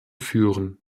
führen